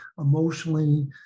emotionally